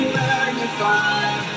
magnified